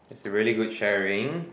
it's a really good sharing